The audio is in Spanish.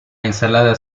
ensalada